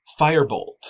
Firebolt